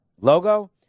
Logo